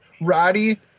Roddy